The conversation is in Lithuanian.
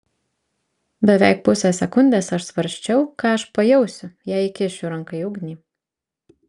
beveik pusę sekundės aš svarsčiau ką aš pajausiu jei įkišiu ranką į ugnį